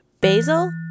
Basil